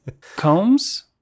Combs